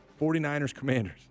49ers-Commanders